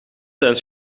zijn